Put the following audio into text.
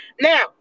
Now